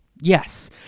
Yes